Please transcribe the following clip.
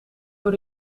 door